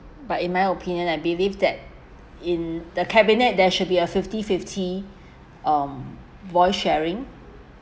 but in my opinion I believe that in the cabinet there should be a fifty fifty um voice sharing